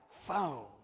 phone